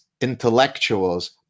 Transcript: intellectuals